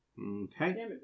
Okay